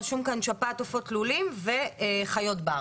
רשום כאן שפעת עופות לולים וחיות בר.